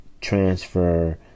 transfer